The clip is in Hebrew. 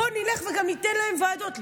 בוא נלך וגם ניתן להם ועדות.